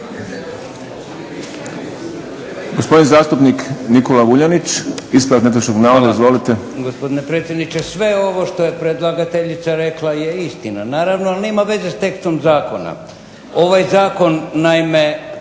Gospodin zastupnik Nikola Vuljanić, ispravak netočnog navoda. Izvolite.